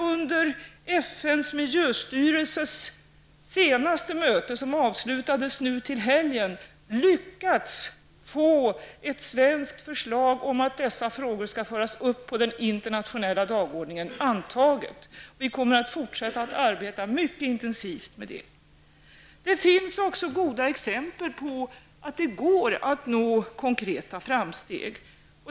Under FNs miljöstyrelses senaste möte, som avslutades i helgen, har vi lyckats att få ett svenskt förslag om att föra upp dessa frågor på den internationella dagordningen antaget. Vi kommer att fortsätta att arbeta mycket intensivt med det. Det finns också goda exempel på att det går att nå konkreta framsteg.